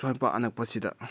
ꯁ꯭ꯋꯥꯏ ꯃꯄꯥ ꯑꯅꯛꯄꯁꯤꯗ